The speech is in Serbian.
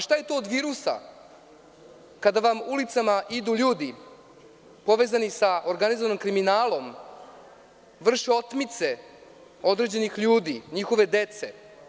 Šta je to od virusa, kada vam ulicama idu ljudi povezani sa organizovanim kriminalom, vrše otmice određenih ljudi, njihove dece?